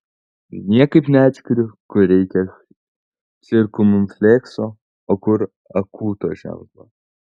niekaip neatskiriu kur reikia cirkumflekso o kur akūto ženklo